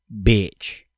Bitch